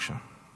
בבקשה.